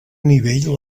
nivell